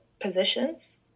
positions